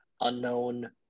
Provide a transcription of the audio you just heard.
unknown